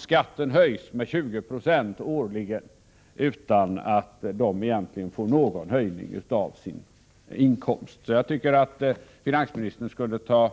Skatten höjs med 20 9 årligen utan att de får någon höjning av sin inkomst. Jag tycker att finansministern skulle ta